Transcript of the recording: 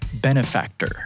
benefactor